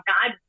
God